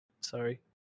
Sorry